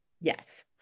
yes